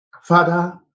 Father